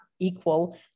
equal